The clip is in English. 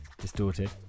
distorted